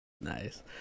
nice